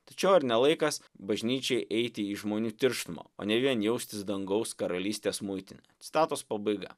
tačiau ar ne laikas bažnyčiai eiti į žmonių tirštumą o ne vien jaustis dangaus karalystės muitine citatos pabaiga